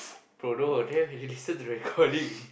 bro no they have to listen to the recording